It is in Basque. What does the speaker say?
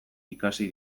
ikasi